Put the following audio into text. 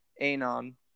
Anon